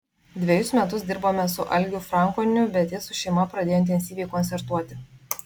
dvejus metus dirbome su algiu frankoniu bet jis su šeima pradėjo intensyviai koncertuoti